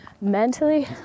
mentally